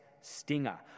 stinger